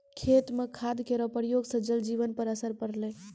खेत म खाद केरो प्रयोग सँ जल जीवन पर असर पड़लै